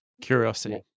curiosity